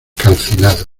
calcinados